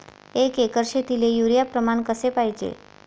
एक एकर शेतीले युरिया प्रमान कसे पाहिजे?